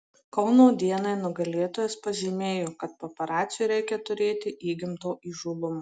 kauno dienai nugalėtojas pažymėjo kad paparaciui reikia turėti įgimto įžūlumo